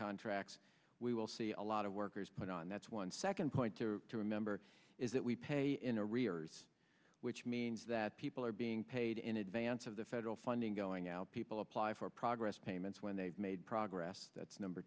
contracts we will see a lot of workers put on that's one second point to remember is that we pay in arrears which means that people are being paid in advance of the federal funding going out people apply for progress payments when they've made progress that's number